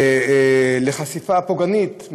לחשיפה פוגענית,